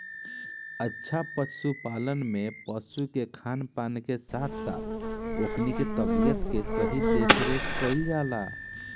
अच्छा पशुपालन में पशु के खान पान के साथ साथ ओकनी के तबियत के सही देखरेख कईल जाला